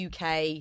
UK